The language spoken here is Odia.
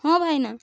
ହଁ ଭାଇନା